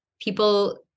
people